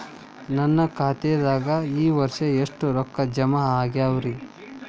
ನನ್ನ ಖಾತೆದಾಗ ಈ ವರ್ಷ ಎಷ್ಟು ರೊಕ್ಕ ಜಮಾ ಆಗ್ಯಾವರಿ?